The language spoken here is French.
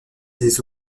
des